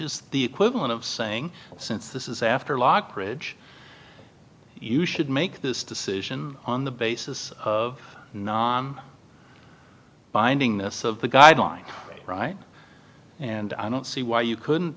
is the equivalent of saying since this is after lockridge you should make this decision on the basis of non binding this of the guideline right and i don't see why you couldn't